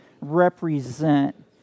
represent